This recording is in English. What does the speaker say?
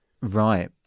Right